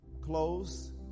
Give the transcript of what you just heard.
close